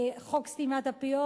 חוק סתימת הפיות,